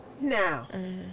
Now